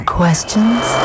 questions